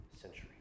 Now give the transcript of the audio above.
century